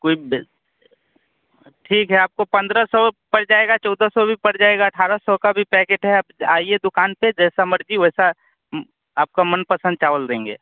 कोई ठीक है आपको पन्द्रह सौ पड़ जाएगा चौदह सौ भी पड़ जाएगा अठारह सौ का भी पैकेट है आप आइए दुकान पर जैसा मर्ज़ी वैसा आपका मन पसंद चावल देंगे